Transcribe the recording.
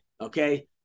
Okay